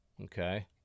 Okay